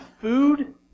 food